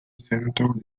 centaur